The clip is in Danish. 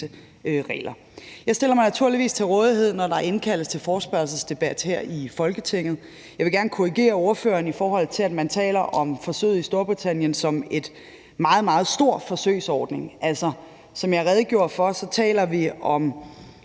regler. Jeg stiller mig naturligvis til rådighed, når der indkaldes til forespørgselsdebat her i Folketinget. Jeg vil gerne korrigere ordføreren, i forhold til at man taler om forsøget i Storbritannien som en meget, meget stor forsøgsordning. Altså, som jeg redegjorde for, taler vi om